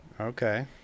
Okay